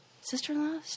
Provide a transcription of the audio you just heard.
Sister-in-law